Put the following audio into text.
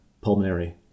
pulmonary